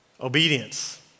obedience